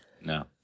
No